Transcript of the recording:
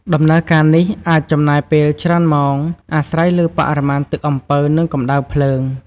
ដំណើរការនេះអាចចំណាយពេលច្រើនម៉ោង អាស្រ័យលើបរិមាណទឹកអំពៅ និងកម្ដៅភ្លើង។